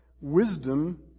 wisdom